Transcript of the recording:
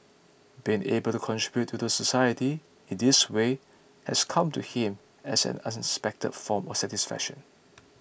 being able to contribute to the society in this way has come to him as an unexpected form of satisfaction